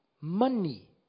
money